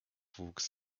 wuchs